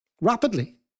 rapidly